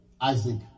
Isaac